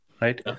right